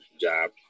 job